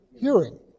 hearing